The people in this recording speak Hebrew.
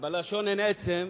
ובלשון אין עצם,